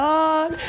God